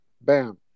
Bam